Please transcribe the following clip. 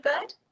good